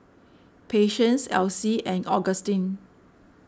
Patience Alcie and Agustin